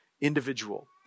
individual